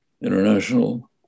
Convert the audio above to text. international